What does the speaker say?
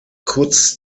kurz